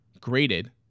graded